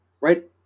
right